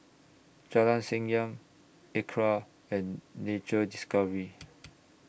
Jalan Senyum Acra and Nature Discovery